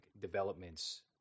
developments